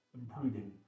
improving